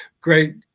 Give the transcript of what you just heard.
great